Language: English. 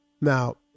Now